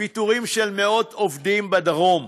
פיטורים של מאות עובדים בדרום,